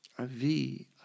avi